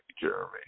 Jeremy